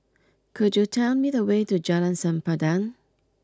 could you tell me the way to Jalan Sempadan